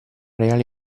reale